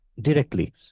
Directly